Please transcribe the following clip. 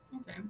Okay